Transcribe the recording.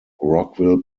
rockville